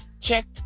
checked